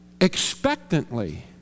expectantly